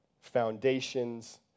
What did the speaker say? foundations